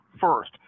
First